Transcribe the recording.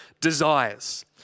desires